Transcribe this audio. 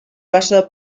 vaso